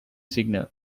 signal